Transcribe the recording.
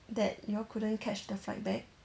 that you all couldn't catch the flight back